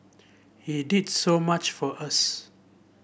he did so much for us